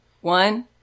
One